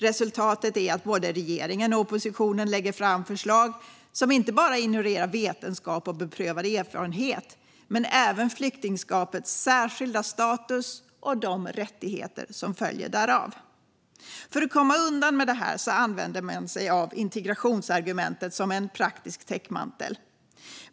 Resultatet är att både regeringen och oppositionen lägger fram förslag som inte bara ignorerar vetenskap och beprövad erfarenhet utan även flyktingskapets särskilda status och de rättigheter som följer därav. För att komma undan med detta använder man sig av integrationsargumentet som en praktisk täckmantel.